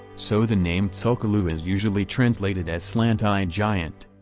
so the name tsul'kalu' is usually translated as slant-eyed giant.